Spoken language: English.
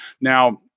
now